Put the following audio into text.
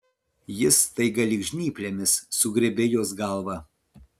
jis staiga lyg žnyplėmis sugriebė jos galvą